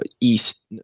east